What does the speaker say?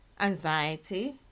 anxiety